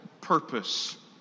purpose